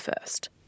first